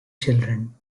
children